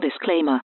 disclaimer